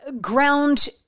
ground